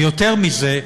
ויותר מזה,